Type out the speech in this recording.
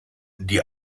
die